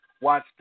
Watch